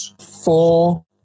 four